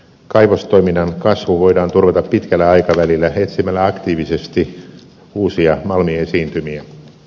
kaivostoiminnan kasvu voidaan turvata pitkällä aikavälillä etsimällä aktiivisesti uusia malmiesiintymiä